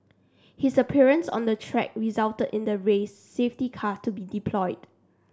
his appearance on the track resulted in the race safety car to be deployed